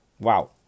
Wow